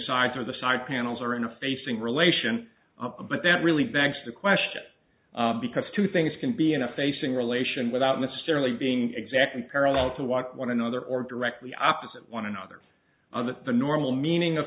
sides of the side panels are in a facing relation but that really begs the question because two things can be in a facing relation without necessarily being exactly parallel to walk one another or directly opposite one another on that the normal meaning of